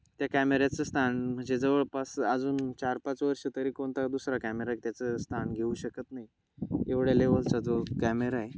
त्या कॅमेऱ्याचं स्थान म्हणजे जवळपास अजून चार पाच वर्ष तरी कोणता दुसरा कॅमेरा त्याचं स्थान घेऊ शकत नाही एवढ्या लेवलचा जो कॅमेरा आहे